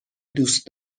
دوست